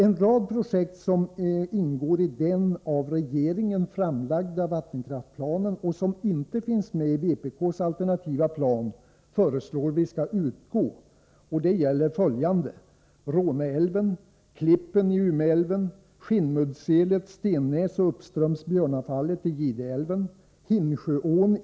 En rad projekt som ingår i den av regeringen framlagda vattenkraftsplanen och som inte finns med i vpk:s alternativa plan föreslår vi skall utgå.